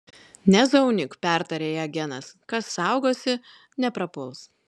nezaunyk pertarė ją genas kas saugosi neprapuls